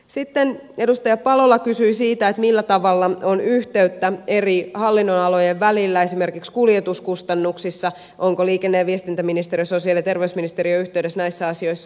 sitten edustaja palola kysyi siitä millä tavalla on yhteyttä eri hallinnonalojen välillä esimerkiksi kuljetuskustannuksissa ovatko liikenne ja viestintäministeriö ja sosiaali ja terveysministeriö yhteydessä näissä asioissa